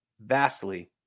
vastly